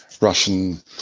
Russian